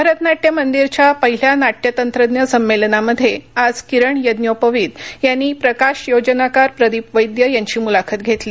भरत नाट्य मंदिरच्या पहिल्या नाट्य तंत्रज्ञ संमेलनामध्ये आज किरण यज्ञोपवीत यांनी प्रकाश योजनाकार प्रदीप वैद्य यांची मुलाखत घेतली